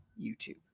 YouTube